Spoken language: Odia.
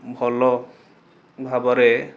ଭଲ ଭାବରେ